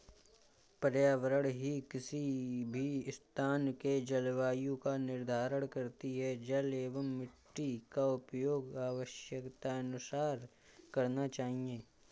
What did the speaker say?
पर्यावरण ही किसी भी स्थान के जलवायु का निर्धारण करती हैं जल एंव मिट्टी का उपयोग आवश्यकतानुसार करना चाहिए